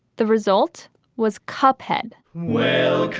the result was kup head well,